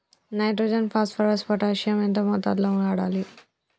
Nitrogen phosphorus potassium ఎంత మోతాదు లో వాడాలి?